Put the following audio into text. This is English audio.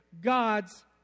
God's